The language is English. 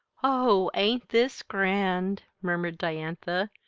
oh, ain't this grand! murmured diantha,